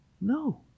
No